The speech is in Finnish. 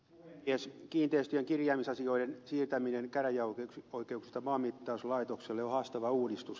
kiinteistöjen kirjaamisasioiden siirtäminen käräjäoikeuksilta maanmittauslaitokselle on haastava uudistus